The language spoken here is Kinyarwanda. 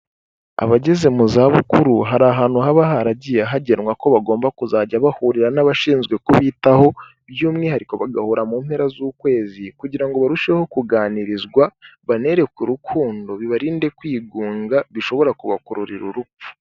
Abageze mu zabukuru hari ahantu haba haragiye hagenwa ko bagomba kuzajya bahurira n'abashinzwe kubitaho, by'umwihariko bagahura mu mpera z'ukwezi kugira ngo barusheho kuganirizwa, banerekwe urukundo bibarinde kwigunga bishobora kubakururira urupfu.